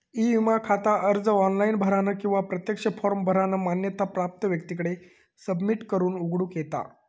E विमा खाता अर्ज ऑनलाइन भरानं किंवा प्रत्यक्ष फॉर्म भरानं मान्यता प्राप्त व्यक्तीकडे सबमिट करून उघडूक येता